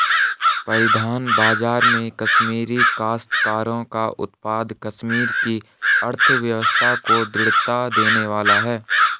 परिधान बाजार में कश्मीरी काश्तकारों का उत्पाद कश्मीर की अर्थव्यवस्था को दृढ़ता देने वाला है